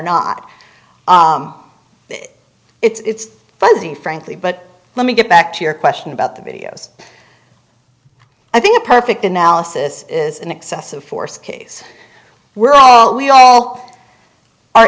not it's fuzzy frankly but let me get back to your question about the videos i think a perfect analysis is an excessive force case we're all we all are